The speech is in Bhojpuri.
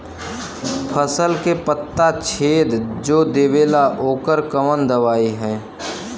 फसल के पत्ता छेद जो देवेला ओकर कवन दवाई ह?